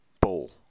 Ball